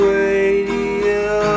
Radio